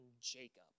Jacob